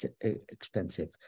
expensive